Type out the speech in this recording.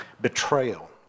Betrayal